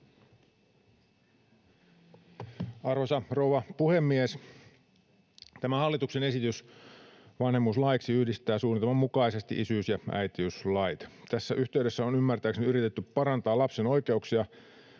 Arvoisa rouva puhemies! Tämä hallituksen esitys vanhemmuuslaiksi yhdistää suunnitelman mukaisesti isyys- ja äitiyslait. Tässä yhteydessä on ymmärtääkseni yritetty parantaa lapsen oikeuksia,